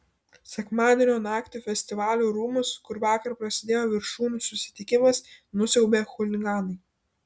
sekmadienio naktį festivalių rūmus kur vakar prasidėjo viršūnių susitikimas nusiaubė chuliganai